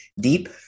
deep